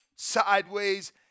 sideways